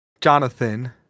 Jonathan